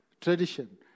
tradition